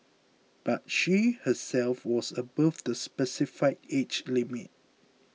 but she herself was above the specified age limit